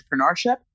entrepreneurship